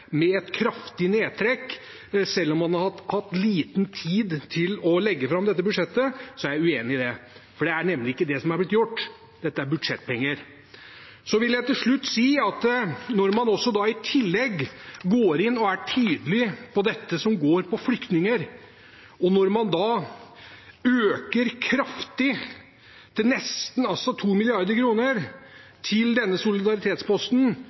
har hatt liten tid til å legge fram budsjettet, er jeg uenig i det, for det er nemlig ikke det som er blitt gjort. Dette er budsjettpenger. Til slutt vil jeg si at når man i tillegg går inn og er tydelig på det som går på flyktninger, og når man øker kraftig, til nesten 2 mrd. kr, denne solidaritetsposten,